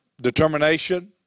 determination